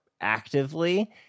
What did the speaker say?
actively